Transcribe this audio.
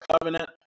Covenant